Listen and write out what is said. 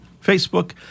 Facebook